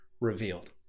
revealed